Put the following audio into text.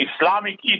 Islamic